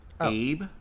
Abe